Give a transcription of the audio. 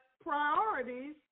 priorities